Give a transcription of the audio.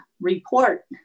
report